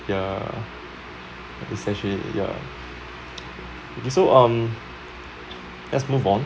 ya it's actually ya okay so um let's move on